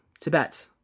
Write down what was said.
Tibet